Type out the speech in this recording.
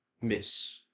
miss